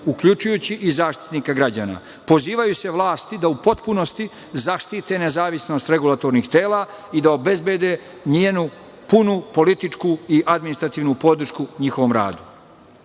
uključujući i Zaštitnika građana. Pozivaju se vlasti da u potpunosti zaštite nezavisnost regulatornih tela i da obezbede njenu punu političku i administrativnu podršku njihovom radu. Naše